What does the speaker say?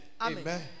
Amen